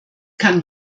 kann